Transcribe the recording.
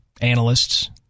analysts